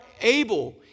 able